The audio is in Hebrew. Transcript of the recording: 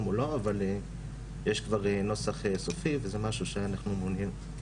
או לא אבל יש כבר נוסח סופי וזה משהו שאנחנו מעוניינים.